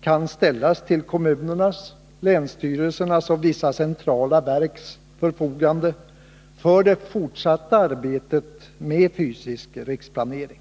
kan ställas till kommunernas, länsstyrelsernas och vissa centrala verks förfogande för det fortsatta arbetet med fysisk riksplanering.